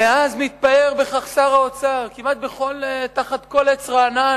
מאז מתפאר בכך שר האוצר, כמעט תחת כל עץ רענן.